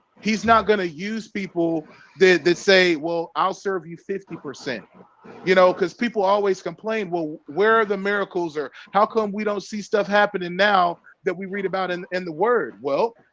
he's not going to use people they they say well, i'll serve you fifty percent you know cuz people always complain well, where are the miracles are how come we don't see stuff happening now that we read about in and the word well,